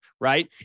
right